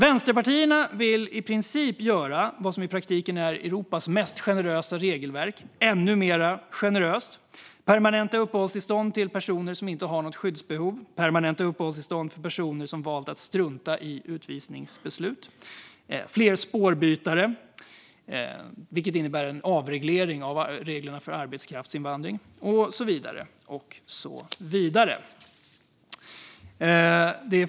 Vänsterpartierna vill i princip göra det som i praktiken är Europas mest generösa regelverk ännu mer generöst. De vill ge permanenta uppehållstillstånd till personer som inte har något skyddsbehov. De vill ge permanenta uppehållstillstånd till personer som har valt att strunta i utvisningsbeslut. De vill ha fler spårbytare, vilket innebär en avreglering av reglerna för arbetskraftsinvandring och så vidare.